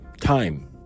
time